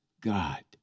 God